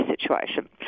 situation